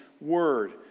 word